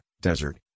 desert